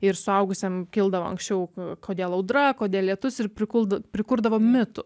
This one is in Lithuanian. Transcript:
ir suaugusiam kildavo anksčiau kodėl audra kodėl lietus ir prikuld prikurdavo mitų